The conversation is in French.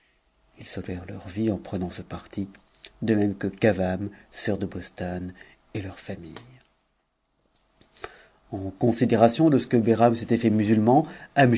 s sauvèrent leur vie en prenant ce parti de même que cavame sœur de bostane et leurs familles en considération de ce que behram s'était fait musulman